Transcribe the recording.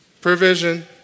Provision